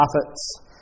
prophets